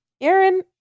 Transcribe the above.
Aaron